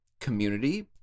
community